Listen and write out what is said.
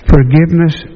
Forgiveness